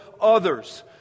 others